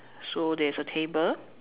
so there's a table